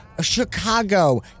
Chicago